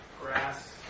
grass